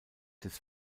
des